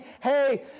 Hey